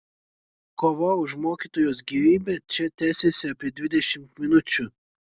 kova už mokytojos gyvybę čia tęsėsi apie dvidešimt minučių